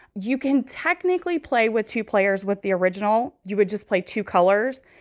you can technically play with two players with the original. you would just play two colors.